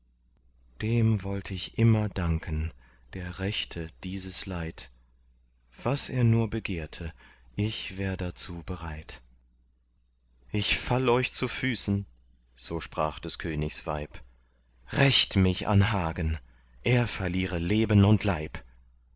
dem wollt ich immer danken der rächte dieses leid was er nur begehrte ich wär dazu bereit ich fall euch zu füßen so sprach des königs weib rächt mich an hagen er verliere leben und leib